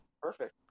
Perfect